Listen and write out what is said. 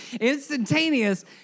instantaneous